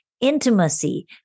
intimacy